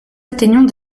atteignons